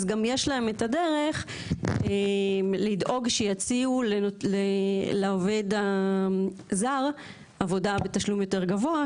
אז גם יש להם את הדרך לדאוג שיציעו לעובד הזר עבודה בתשלום יותר גבוה,